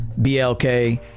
blk